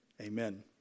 amen